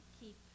keep